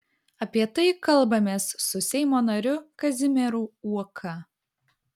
apie tai kalbamės su seimo nariu kazimieru uoka